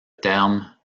terme